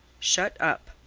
shut up!